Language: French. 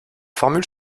formules